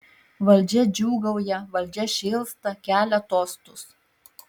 valdžia džiūgauja valdžia šėlsta kelia tostus